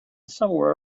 somewhere